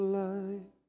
light